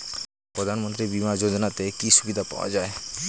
প্রধানমন্ত্রী বিমা যোজনাতে কি কি সুবিধা পাওয়া যায়?